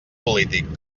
polític